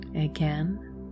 again